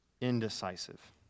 indecisive